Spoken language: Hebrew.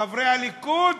חברי הליכוד,